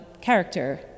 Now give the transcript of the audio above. character